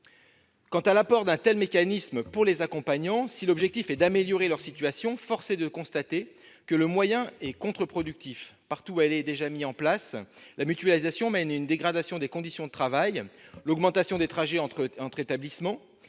Quant à l'apport d'un tel mécanisme pour les accompagnants, si l'objectif est d'améliorer leur situation, force est de constater que le moyen est contre-productif. Partout où elle est déjà mise en place, la mutualisation mène à une dégradation des conditions de travail : les trajets entre établissements